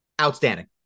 Outstanding